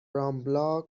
رامبلا